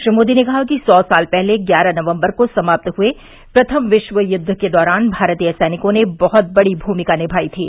श्री मोदी ने कहा कि सौ साल पहले ग्यारह नवम्बर को समाप्त हुए प्रथम विश्व युद्व के दौरान भारतीय सैनिकों ने बहुत बड़ी भूमिका निमाई थी